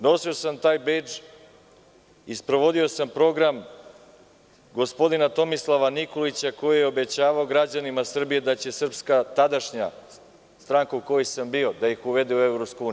Nosio sam taj bedž i sprovodio sam program gospodina Tomislava Nikolića, koji je obećavao građanima Srbije da će tadašnja stranka u kojoj sam bio da ih uvede u EU.